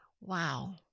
Wow